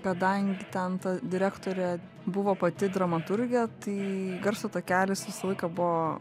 kadangi ten direktorė buvo pati dramaturgė tai garso takelis visą laiką buvo